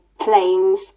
planes